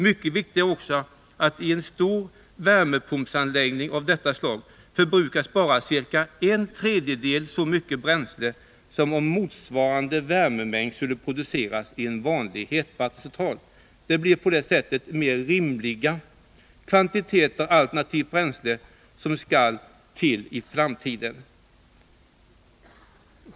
Mycket viktigt är också att i en stor värmepumpsanläggning av detta slag förbrukas bara ca en tredjedel så mycket bränsle som om motsvarande värmemängd skulle produceras i en vanlig hetvattencentral. På det sättet blir de kvantiteter alternativt bränsle som skall till i framtiden rimligare.